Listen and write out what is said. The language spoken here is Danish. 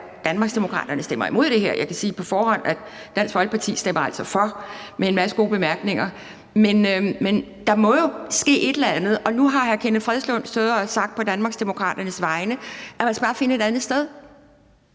at Danmarksdemokraterne stemmer imod det her; jeg kan sige på forhånd, at Dansk Folkeparti altså stemmer for med en masse gode bemærkninger. Men der må jo ske et eller andet. Og nu har hr. Kenneth Fredslund Petersen stået og sagt på Danmarksdemokraternes vegne: Lad os bare finde et andet sted.